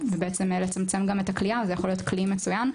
ובעצם לצמצם את הכליאה, וזה יכול להיות כלי מצוין,